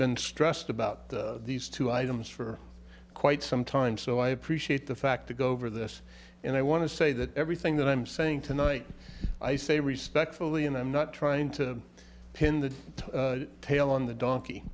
been stressed about these two items for quite some time so i appreciate the fact to go over this and i want to say that everything that i'm saying tonight i say respectfully and i'm not trying to pin the tail on the donkey